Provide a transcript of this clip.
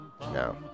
No